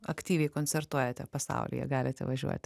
aktyviai koncertuojate pasaulyje galite važiuoti